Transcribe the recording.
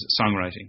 songwriting